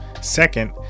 Second